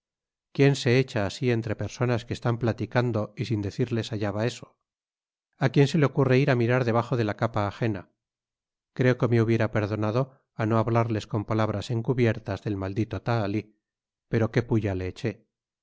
quien se echa así entre personas que están platicando y sin decirles allá va eso á quien se le ocurre ir á mirar debajo e la capa agena creo que me hubiera perdonado á no hablarles con palabras encubiertas del maldito tahalí pero qué pulla le